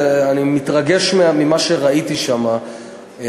אני מתרגש ממה שראיתי שם,